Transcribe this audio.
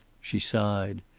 she sighed.